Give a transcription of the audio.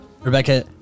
Rebecca